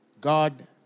God